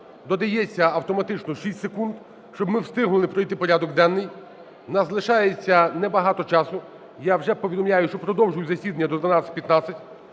додається автоматично 6 секунд, щоб ми встигли пройти порядок денний. У нас лишається небагато часу, я вже повідомляю про те, що продовжую засідання до 12:15.